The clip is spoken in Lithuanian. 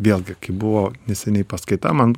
vėlgi kaip buvo neseniai paskaita man